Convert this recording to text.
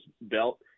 belt